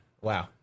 wow